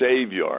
savior